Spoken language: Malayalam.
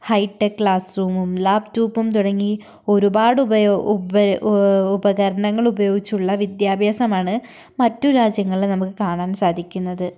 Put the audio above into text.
ഹൈടെക് ക്ലാസ് റൂമും ലാപ്ടോപ്പും തുടങ്ങി ഒരുപാട് ഉപകരണങ്ങൾ ഉപയോഗിച്ചുള്ള വിദ്യാഭ്യാസമാണ് മറ്റു രാജ്യങ്ങളിൽ നമുക്ക് കാണാൻ സാധിക്കുന്നത്